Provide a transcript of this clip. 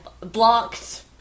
blocked